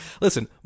listen